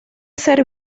ser